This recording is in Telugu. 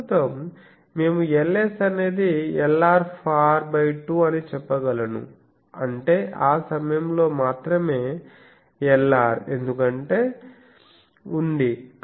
ప్రస్తుతం మేము Ls అనేది Lr far 2 అని చెప్పగలను అంటే ఆ సమయం లో మాత్రమే Lr ఎందుకంటే ఉంది